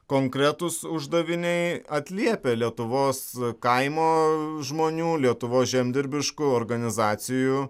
konkretūs uždaviniai atliepia lietuvos kaimo žmonių lietuvos žemdirbiškų organizacijų